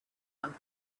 come